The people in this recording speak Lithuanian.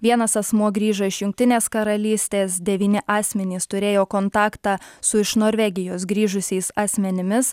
vienas asmuo grįžo iš jungtinės karalystės devyni asmenys turėjo kontaktą su iš norvegijos grįžusiais asmenimis